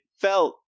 felt